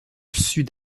sud